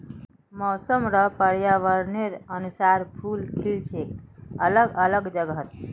मौसम र पर्यावरनेर अनुसार फूल खिल छेक अलग अलग जगहत